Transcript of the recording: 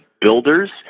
builders